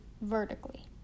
vertically